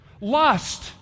Lust